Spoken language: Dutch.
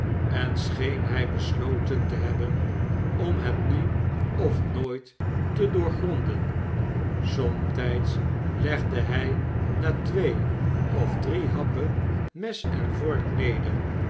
en scheen hij besloten te hebben om het nu of nooit te doorgronden somtijds legde hij na twee of drie happen mes en vork neder